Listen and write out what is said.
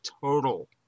total